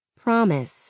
Promise